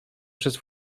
przez